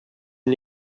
une